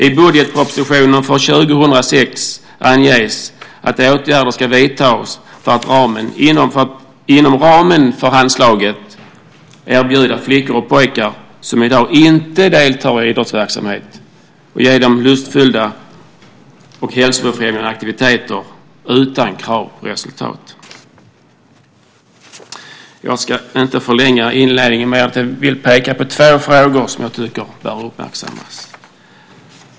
I budgetpropositionen för 2006 anges att åtgärder ska vidtas inom ramen för Handslaget för att erbjuda flickor och pojkar som i dag inte deltar i idrottsverksamhet lustfyllda och hälsofrämjande aktiviteter utan krav på resultat. Jag ska inte förlänga inledningen men vill peka på två frågor som jag tycker bör uppmärksammas.